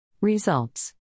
Results